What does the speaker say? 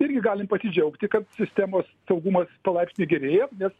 irgi galim pasidžiaugti kad sistemos saugumas palaipsniui gerėja nes